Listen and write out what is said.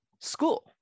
school